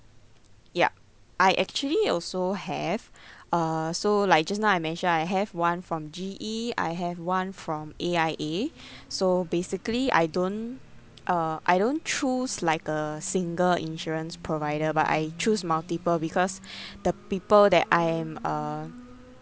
yup I actually also have uh so like just now I mentioned I have one from G_E I have one from A_I_A so basically I don't uh I don't choose like a single insurance provider but I choose multiple because the people that I am uh